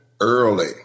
early